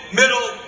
middle